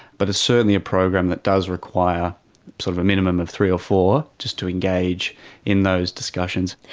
but it's certainly a program that does require sort of a minimum of three or four just to engage in those discussions.